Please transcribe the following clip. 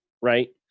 right